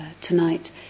tonight